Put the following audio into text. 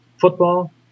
football